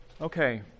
Okay